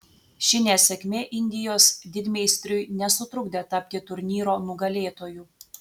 ši nesėkmė indijos didmeistriui nesutrukdė tapti turnyro nugalėtoju